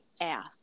ass